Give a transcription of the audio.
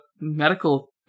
medical